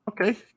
Okay